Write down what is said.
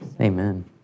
amen